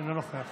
אינו נוכח